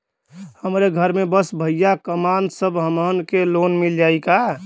हमरे घर में बस भईया कमान तब हमहन के लोन मिल जाई का?